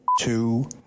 Two